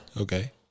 Okay